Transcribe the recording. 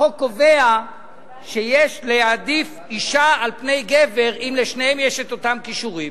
החוק קובע שיש להעדיף אשה על גבר אם לשניהם יש אותם כישורים.